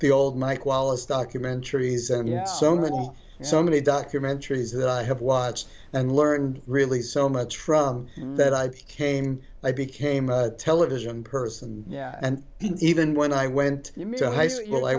old mike wallace documentaries and yet so many so many documentaries that i have watched and learned really so much from that i came i became a television person yeah and even when i went to high school i